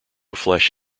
flesh